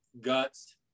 guts